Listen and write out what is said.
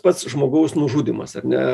pats žmogaus nužudymas ar ne